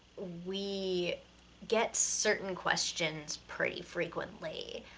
we get certain questions pretty frequently.